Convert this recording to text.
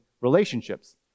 relationships